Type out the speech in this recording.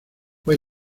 fue